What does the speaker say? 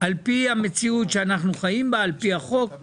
על פי המציאות שאנחנו חיים בה, על פי החוק.